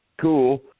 Cool